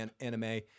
Anime